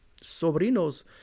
sobrinos